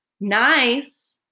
nice